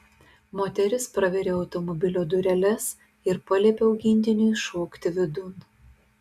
moteris praveria automobilio dureles ir paliepia augintiniui šokti vidun